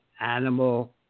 animal